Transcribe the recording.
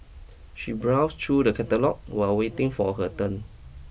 she browse through the catalogue while waiting for her turn